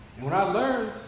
and what i learned,